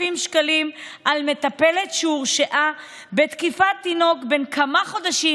שקלים על מטפלת שהורשעה בתקיפת תינוק בן כמה חודשים,